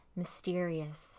mysterious